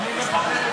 תשובה ראויה.